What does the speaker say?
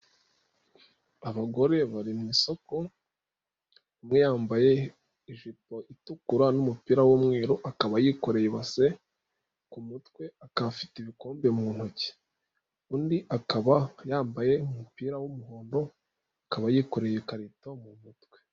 Abagore bari mu isoko, umwe yambaye ijipo itukura n'umupira w'umweru, akaba yikoreye ibase ku mutwe, akaba afite ibikombe mu ntoki. Undi akaba yambaye umupira w'umuhondo, akaba yikoreye ikarito mu mutwe.